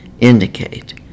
indicate